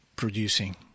Producing